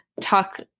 talk